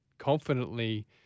confidently